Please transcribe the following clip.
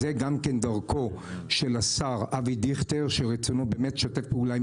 זו גם כן דרכו של השר אבי דיכטר שרצונו באמת לשתף פעולה עם